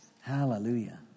Hallelujah